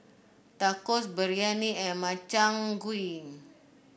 Tacos Biryani and Makchang Gui